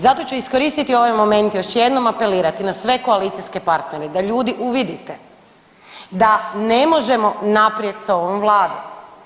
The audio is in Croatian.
Zato ću iskoristiti ovaj moment još jednom, apelirati na sve koalicijske partnere da ljudi uvidite da ne možemo naprijed sa ovom Vladom.